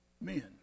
men